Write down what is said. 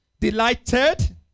delighted